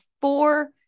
four